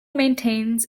maintains